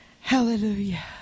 Hallelujah